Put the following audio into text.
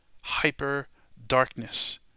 hyper-darkness